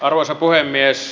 arvoisa puhemies